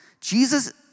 Jesus